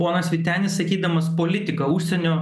ponas vytenis sakydamas politika užsienio